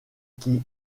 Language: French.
qui